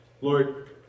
Lord